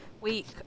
week